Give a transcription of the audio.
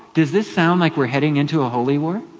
does this sound like we're heading into a holy war?